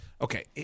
Okay